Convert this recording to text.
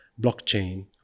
blockchain